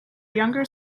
younger